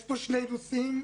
יש פה שני נושאים.